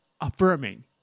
affirming